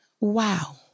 wow